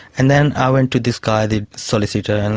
and then i went to this guy, the solicitor, and